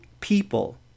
people